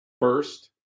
first